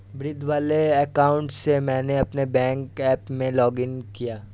भिंड वाले अकाउंट से मैंने अपने बैंक ऐप में लॉग इन किया